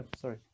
sorry